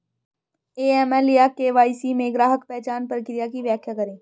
AML या KYC में ग्राहक पहचान प्रक्रिया की व्याख्या करें?